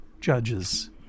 judges